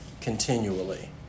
continually